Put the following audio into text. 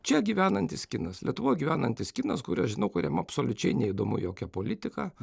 čia gyvenantis kinas lietuvoj gyvenantis kinas kurio aš žinau kuriam absoliučiai neįdomu jokia politika